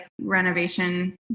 renovation